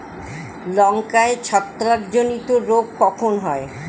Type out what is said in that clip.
লঙ্কায় ছত্রাক জনিত রোগ কখন হয়?